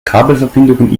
kabelverbindungen